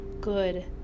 good